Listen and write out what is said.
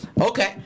Okay